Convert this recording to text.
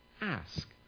ask